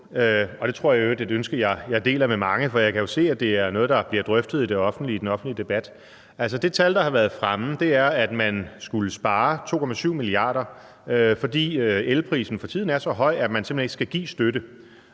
er et ønske, jeg deler med mange, for jeg kan jo se, at det er noget, der bliver drøftet i den offentlige debat. Altså, det tal, der har været fremme, er, at man skulle spare 2,7 mia. kr., fordi elprisen for tiden er så høj, at man simpelt hen ikke skal give støtte.